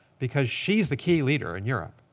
because she's the key leader in europe.